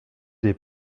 des